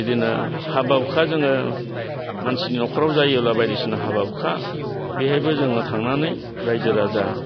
बिदिनो हाबा हुखा जोङो मानसिनि नख'राव जायोब्ला बायदिसिना हाबा हुखा बेहायबो जोङो थांनानै रायजो राजा